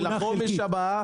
ולחומש הבא,